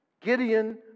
Gideon